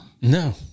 No